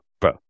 bro